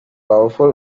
powerful